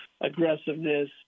aggressiveness